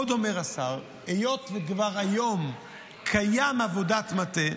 עוד אומר השר: 1. היות שכבר היום קיימת עבודת מטה,